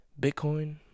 Bitcoin